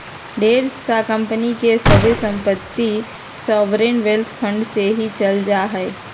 ढेर सा कम्पनी के सभे सम्पत्ति सॉवरेन वेल्थ फंड मे ही चल जा हय